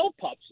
pups